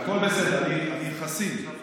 הכול בסדר, אני חסין.